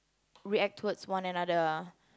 react towards one another